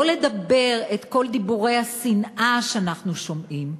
לא לדבר את כל דיבורי השנאה שאנחנו שומעים.